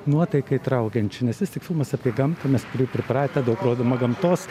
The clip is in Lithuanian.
nuotaiką įtraukiančią nes vis tik filmas apie gamtą mes prie jo pripratę daug rodoma gamtos